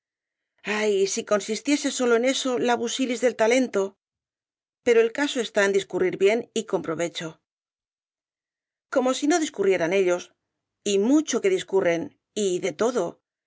ay si consistiese sólo en eso el busilis del talento pero el caso está en discurrir bien y con provecho como si no discurrieran ellos y mucho que discurren y de todo